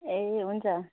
ए हुन्छ